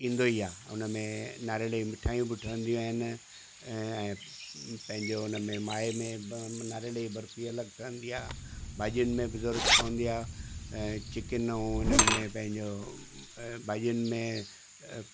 ईंदो ई आहे उन में नारेल ई मिठाइयूं बि ठहंदियूं आहिनि ऐं पंहिंजे उन में माए में नारियल ई बर्फी अलॻि ठहंदी आहे भाॼियुनि में बि ज़रूरत पवंदी आहे ऐं चिकन ऐं उन्हनि में पंहिंजो भाॼियुनि में